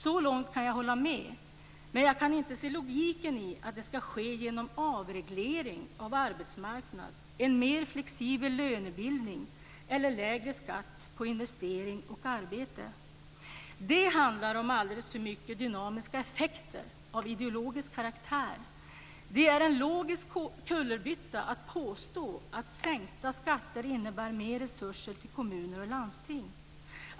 Så långt kan jag hålla med, men jag kan inte se logiken i att det ska ske genom avreglering av arbetsmarknaden, en mer flexibel lönebildning eller en lägre skatt på investeringar och arbete. Det handlar alldeles för mycket om dynamiska effekter av ideologisk karaktär. Det är en logisk kullerbytta att påstå att sänkta skatter innebär mer resurser till kommuner och landsting.